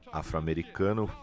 afro-americano